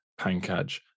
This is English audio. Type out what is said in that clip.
Pankaj